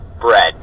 bread